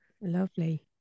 Lovely